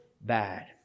bad